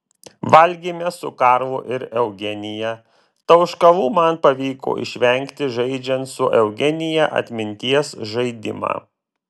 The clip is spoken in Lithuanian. valgėme su karlu ir eugenija tauškalų man pavyko išvengti žaidžiant su eugenija atminties žaidimą